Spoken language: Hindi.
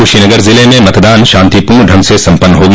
कुशीनगर जिले में मतदान शांतिपूर्ण ढंग से सम्पन्न हो गया